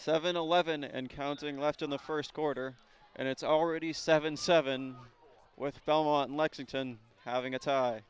seven eleven and counting left in the first quarter and it's already seven seven with belmont lexington having a